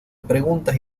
preguntas